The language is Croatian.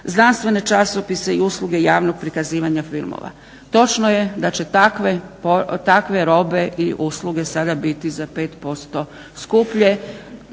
znanstvene časopise i usluge javnog prikazivanja filmova. Točno je da će takve robe i usluge sada biti za 5% skuplje,